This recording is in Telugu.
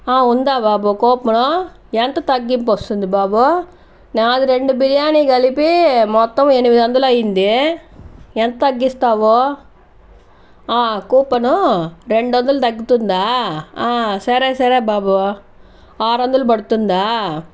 ఉందా బాబు కూపన్ ను ఎంత తగ్గింపు వస్తుంది బాబు నాది రెండు బిర్యానీ కలిపి మొత్తం ఎనిమిది వందలు అయింది ఎంత తగ్గిస్తావు కూపన్ కు రెండు వందలు తగ్గుతుందా సరే సరే బాబు ఆరు వందలు పడుతుందా